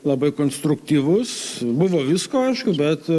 labai konstruktyvus buvo visko aišku bet